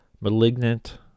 Malignant